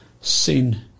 sin